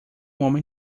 homem